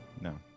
No